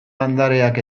landareak